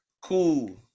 cool